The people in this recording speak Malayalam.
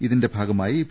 ഇതിന്റെ ഭാഗമായി പി